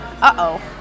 uh-oh